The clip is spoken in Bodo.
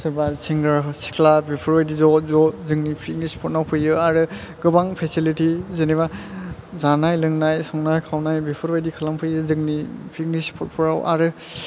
सोरबा सेंग्रा सिख्ला बेफोरबायदि ज' ज' जोंनि फिकनिक स्फदआव फैयो आरो गोबां फेसेलिथि जेनबा जानाय लोंनाय संनाय खावनाय बेफोरबादि खालामफैयो जोंनि फिकनिक स्पदफोराव आरो